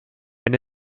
wenn